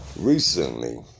Recently